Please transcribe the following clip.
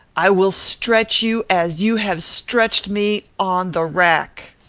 i will stretch you, as you have stretched me, on the rack.